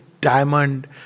diamond